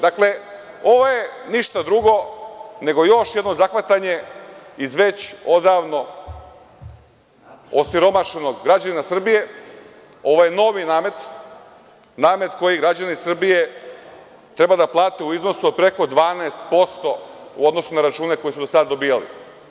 Dakle, ovo je ništa drugo nego još jedno zahvatanje iz već odavno osiromašenog građanina Srbije, ovo je novi namet, namet koji građani Srbije treba da plate u iznosu od preko 12% u odnosu na račune koje su do sada dobijali.